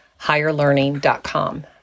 higherlearning.com